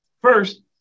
First